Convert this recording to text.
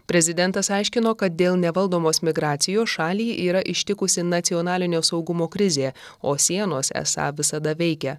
prezidentas aiškino kad dėl nevaldomos migracijos šalį yra ištikusi nacionalinio saugumo krizė o sienos esą visada veikia